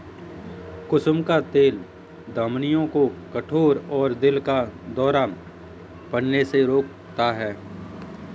कुसुम का तेल धमनियों को कठोर और दिल का दौरा पड़ने से रोकता है